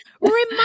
Remind